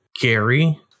Gary